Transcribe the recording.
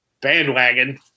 bandwagon